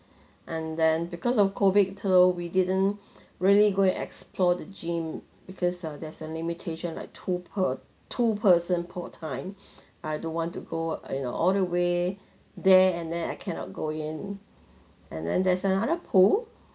and then because of COVID we didn't really go and explore the gym because uh there's a limitation like two per two person per time I don't want to go and all the way there and then I cannot go in and then there's another pool